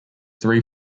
three